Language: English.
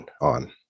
on